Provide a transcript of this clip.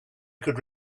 could